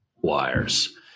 wires